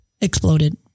exploded